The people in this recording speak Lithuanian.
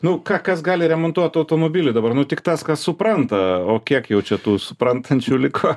nu ką kas gali remontuot automobilį dabar nu tik tas kas supranta o kiek jau čia tų suprantančių liko